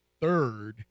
third